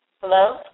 Hello